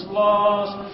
lost